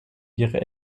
ihre